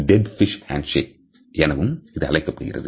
டெட்பிஸ் handshake எனவும்இது அழைக்கப்படுகிறது